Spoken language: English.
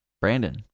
Brandon